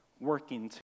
working